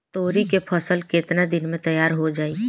तोरी के फसल केतना दिन में तैयार हो जाई?